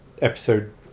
episode